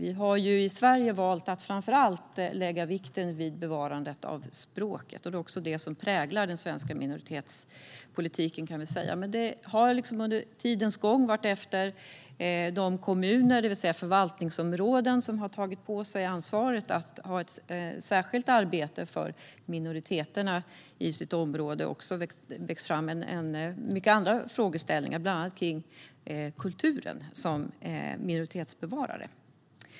I Sverige har vi valt att framför allt lägga vikten vid bevarandet av språket. Det är också detta som präglar den svenska minoritetspolitiken. Men under tidens gång har det vartefter i de kommuner, det vill säga förvaltningsområden, som har tagit på sig ansvaret att ha ett särskilt arbete för minoriteterna i sitt område också vuxit fram många andra frågeställningar, bland annat om kulturen som minoritetsbevarare.